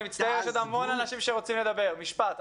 יש עוד המון אנשים שרוצים לדבר, משפט.